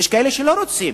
יש כאלה שלא רוצים,